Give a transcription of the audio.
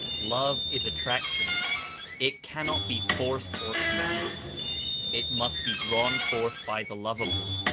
love is attraction it cannot be forced or commanded it must be drawn forth by the lovable.